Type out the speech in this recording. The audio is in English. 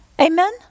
Amen